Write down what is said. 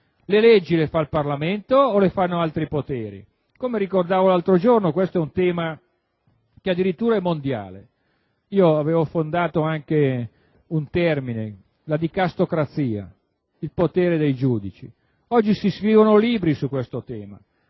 le leggi le fa il Parlamento o altri poteri? Come ricordavo l'altro giorno, questo è un tema che addirittura è mondiale. Avevo coniato anche un termine: la dicastocrazia, il potere dei giudici. Oggi si scrivono libri su questo tema,